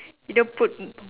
you don't put